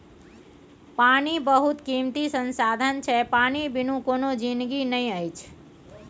पानि बहुत कीमती संसाधन छै पानि बिनु कोनो जिनगी नहि अछि